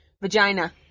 Vagina